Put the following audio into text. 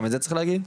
גם את זה צריך להגיד,